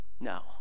no